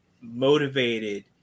motivated